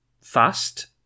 Fast